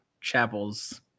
chapels